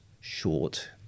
short